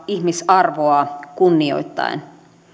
ihmisarvoa kunnioittaen